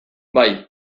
bai